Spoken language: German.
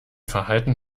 verhalten